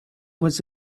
was